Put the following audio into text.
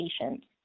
patients